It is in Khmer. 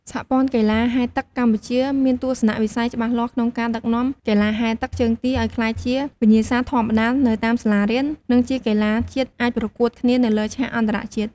សហព័ន្ធកីឡាហែលទឹកកម្ពុជាមានទស្សនវិស័យច្បាស់លាស់ក្នុងការដឹកនាំកីឡាហែលទឹកជើងទាឲ្យក្លាយជាវិញ្ញាសាធម្មតានៅតាមសាលារៀន និងជាកីឡាជាតិអាចប្រកួតគ្នានៅលើឆាកអន្តរជាតិ។